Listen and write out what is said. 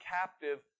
captive